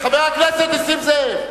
חבר הכנסת נסים זאב.